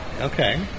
Okay